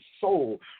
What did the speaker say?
soul